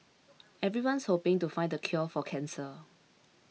everyone's hoping to find the cure for cancer